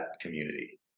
community